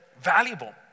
valuable